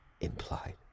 implied